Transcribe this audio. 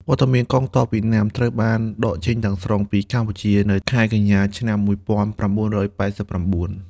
វត្តមានកងទ័ពវៀតណាមត្រូវបានដកចេញទាំងស្រុងពីកម្ពុជានៅខែកញ្ញា ឆ្នាំ ១៩៨៩។